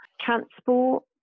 Transport